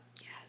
Yes